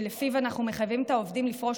שלפיו אנחנו מחייבים את העובדים לפרוש